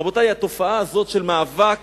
רבותי, התופעה הזאת של מאבק